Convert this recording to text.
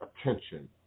attention